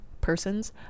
persons